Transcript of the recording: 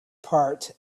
part